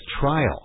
trial